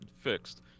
fixed